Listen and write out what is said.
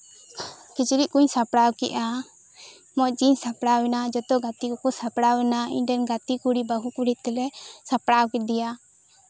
ᱠᱤᱪᱨᱤᱡ ᱠᱚᱧ ᱥᱟᱯᱲᱟᱣ ᱠᱮᱫᱼᱟ ᱢᱚᱸᱡᱽ ᱜᱤᱧ ᱥᱟᱯᱲᱟᱣ ᱮᱱᱟ ᱡᱷᱚᱛᱚ ᱜᱟᱛᱮ ᱠᱚᱠᱚ ᱥᱟᱯᱲᱟᱣ ᱮᱱᱟ ᱤᱧ ᱨᱮᱱ ᱜᱟᱛᱮ ᱠᱩᱲᱤ ᱵᱟᱹᱦᱩ ᱠᱩᱲᱤ ᱛᱮᱞᱮ ᱥᱟᱯᱲᱟᱣ ᱠᱮᱫᱮᱭᱟ